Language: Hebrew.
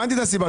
הבנתי את הסיבה.